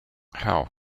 how